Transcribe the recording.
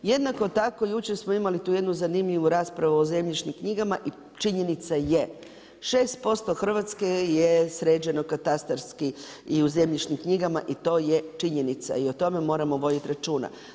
Jednako tako jučer smo imali tu jednu zanimljivu raspravu o zemljišnim knjigama i činjenica je 6% Hrvatske je sređeno katastarski i u zemljišnim knjigama i to je činjenica i o tome moramo voditi računa.